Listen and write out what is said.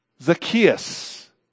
Zacchaeus